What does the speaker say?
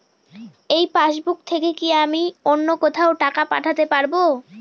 এই পাসবুক থেকে কি আমি অন্য কোথাও টাকা পাঠাতে পারব?